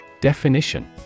Definition